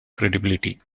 credibility